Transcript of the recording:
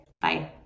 bye